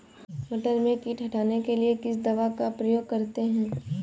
मटर में कीट हटाने के लिए किस दवा का प्रयोग करते हैं?